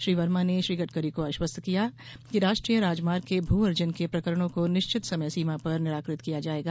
श्री वर्मा ने श्री गडकरी को आश्वस्त किया कि राष्ट्रीय राजमार्ग के भू अर्जन के प्रकरणों को निश्चित समय सीमा में निराकृत किया जायेगा